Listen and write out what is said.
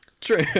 True